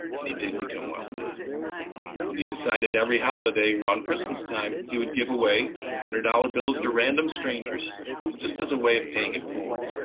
and he did become wealthy and he decided every holiday around christmastime he would give away hundred-dollar bills to random strangers just as a way of paying it forward.